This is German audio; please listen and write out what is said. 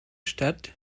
stadt